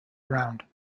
around